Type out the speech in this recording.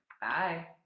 Bye